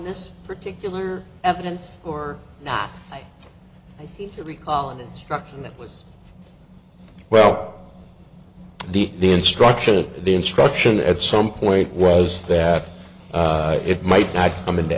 this particular evidence or not i seem to recall an instruction that was well the the instruction of the instruction at some point was that it might not come in